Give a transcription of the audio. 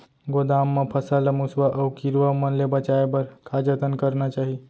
गोदाम मा फसल ला मुसवा अऊ कीरवा मन ले बचाये बर का जतन करना चाही?